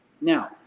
Now